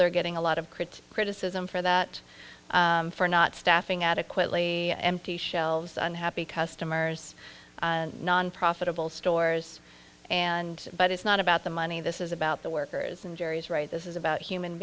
they're getting a lot of credit criticism for that for not staffing adequately empty shelves unhappy customers non profitable stores and but it's not about the money this is about the workers and jerry is right this is about human